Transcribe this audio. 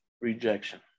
rejection